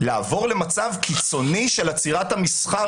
לעבור למצב קיצוני של עצירתה מסחר